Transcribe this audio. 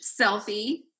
selfie